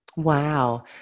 Wow